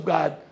God